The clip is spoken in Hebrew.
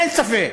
אין ספק.